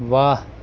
واہ